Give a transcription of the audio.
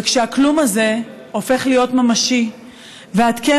וכשהכלום הזה הופך להיות ממשי ואת כן